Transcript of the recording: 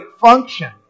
function